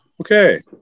Okay